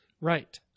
Right